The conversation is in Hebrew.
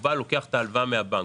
הוא לוקח את ההלוואה מן הבנק.